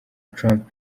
trump